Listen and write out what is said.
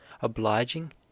obliging